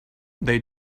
they